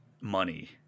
money